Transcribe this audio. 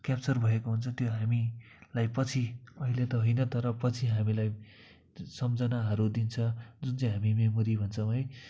capture भएको हुन्छ त्यो हामीलाई पछि अहिले त होइन तर पछि हामीलाई सम्झनाहरू दिन्छ जुन चाहिँ हामी मेमोरी भन्छौँ है